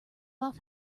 off